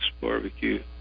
Barbecue